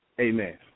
amen